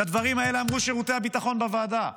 את הדברים האלה אמרו שירותי הביטחון בוועדה.